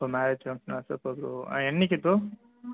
ஓ marriage super bro ஆ என்றைக்கு bro